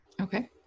Okay